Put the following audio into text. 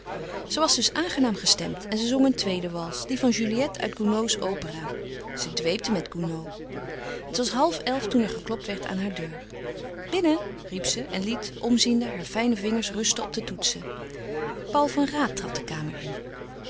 was dus aangenaam gestemd en ze zong een tweede wals die van juliette uit gounods opera ze dweepte met gounod het was half elf toen er geklopt werd aan haar deur binnen riep ze en liet omziende haar fijne vingers rusten op de toetsen paul van raat trad de kamer in